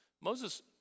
Moses